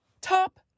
top